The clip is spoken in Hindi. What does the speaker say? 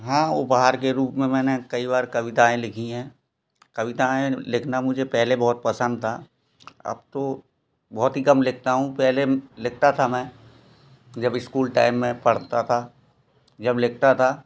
हाँ उपहार के रूप में मैंने कई बार कविताएं लिखी हैं कविताएं लिखना मुझे पहले बहुत पसंद था अब तो बहुत ही काम लिखता हूँ पहले लिखता था मैं जब स्कूल टाइम में पढ़ता था जब लिखता था